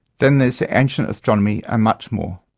then there's ancient astronomy and much more.